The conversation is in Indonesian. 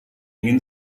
ingin